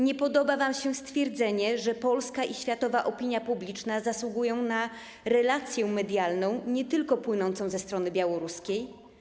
Nie podoba wam się stwierdzenie, że polska i światowa opinia publiczna zasługują na relację medialną płynącą nie tylko ze strony białoruskiej?